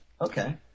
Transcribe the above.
Okay